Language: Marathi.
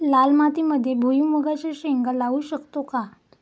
लाल मातीमध्ये भुईमुगाच्या शेंगा लावू शकतो का?